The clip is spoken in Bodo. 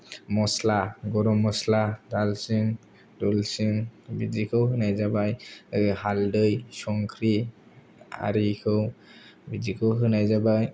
मसला गरम मसला दालसिन दुलसिन बिदिखौ होनाय जाबाय हाल्दै संख्रि आरिखौ बिदिखौ होनाय जाबाय